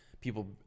people